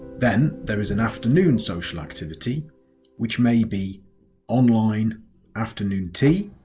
then there is an afternoon social activity which may be online afternoon tea.